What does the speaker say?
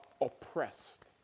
oppressed